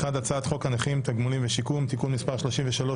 1. הצעת חוק הנכים (תגמולים ושיקום)(תיקון מס' 33),